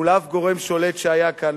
מול אף גורם שולט שהיה כאן,